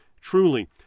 Truly